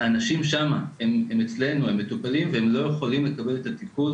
האנשים לא יכולים לקבל את הטיפול